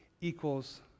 equals